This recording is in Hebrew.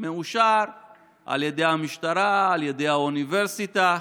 מאושר על ידי המשטרה, על ידי האוניברסיטה,